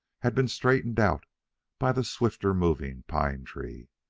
had been straightened out by the swifter-moving pine tree.